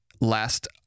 last